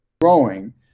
growing